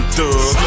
Thug